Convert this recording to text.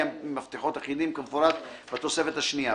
מפתחות אחידים כמפורט בתוספת השנייה.